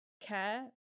care